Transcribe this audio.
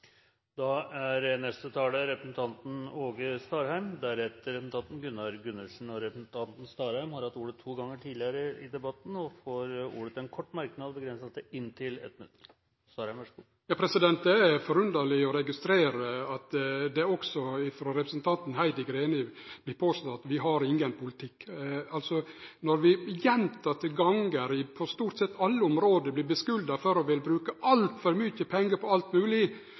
Åge Starheim har hatt ordet to ganger tidligere og får ordet til en kort merknad, begrenset til 1 minutt. Det er forunderleg å registrere at det også frå representanten Heidi Greni vert påstått at vi ikkje har nokon distriktspolitikk. Når vi gong på gong på stort sett alle område blir skulda for å vilje bruke altfor mykje pengar på alt